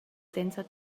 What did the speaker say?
senza